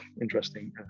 interesting